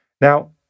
Now